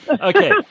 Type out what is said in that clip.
Okay